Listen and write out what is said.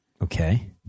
okay